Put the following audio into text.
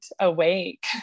awake